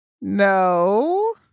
no